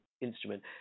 instrument